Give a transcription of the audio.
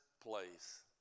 place